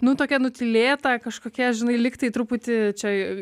nu tokia nutylėta kažkokia žinai lygtai truputį čia